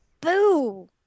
Boo